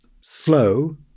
slow